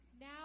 Now